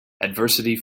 adversity